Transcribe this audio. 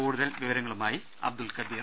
കൂടുതൽ വിവരങ്ങളുമായി അബ്ദുൾ കബീർ